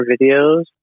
videos